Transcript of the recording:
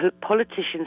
politicians